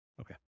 Okay